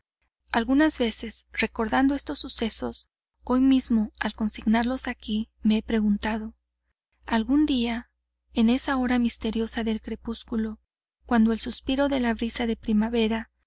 algunas veces recordando estos sucesos hoy mismo al consignarlos aquí me he preguntado algún día en esa hora misteriosa del crepúsculo cuando el suspiro de la brisa de primavera